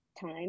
time